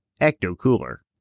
ecto-cooler